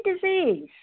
disease